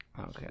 Okay